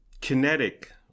kinetic